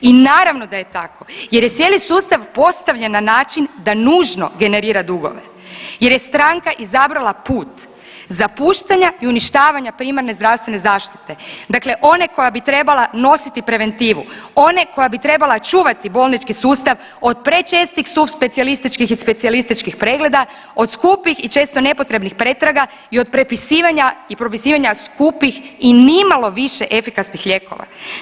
I naravno da je tako jer je cijeli sustav postavljen na način da nužno generira dugove jer je stranka izabrala put zapuštanja i uništavanja primarne zdravstvene zaštite, dakle ona koja bi trebala nositi preventivu, ona koja bi trebala čuvati bolnički sustav od prečestih subspecijalističkih i specijalističkih pregleda, od skupih i često nepotrebnih pretraga i od prepisivanja i propisivanja skupih i nimalo više efikasnih lijekova.